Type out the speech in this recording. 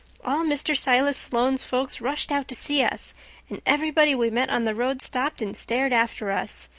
all mr. silas sloane's folks rushed out to see us and everybody we met on the road stopped and stared after us.